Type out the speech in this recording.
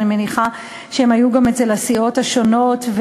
אני מניחה שהיו גם אצל הסיעות השונות.